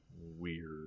weird